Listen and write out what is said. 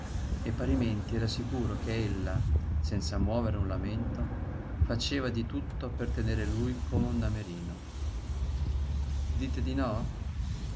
e parimenti ero sicuro che ella senza muovere un lamento faceva di tutto per tener lui come un damerino dite di no